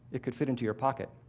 it could fit into your pocket.